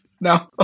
No